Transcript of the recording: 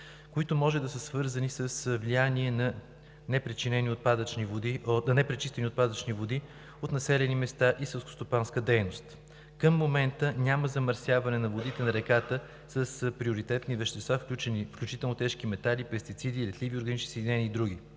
които може да са свързани с влияние на непречистени отпадъчни води от населени места и селскостопанска дейност. Към момента няма замърсяване на водите на реката с приоритетни вещества, включително тежки метали, пестициди, летливи органични съединения и други.